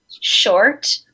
short